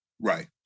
right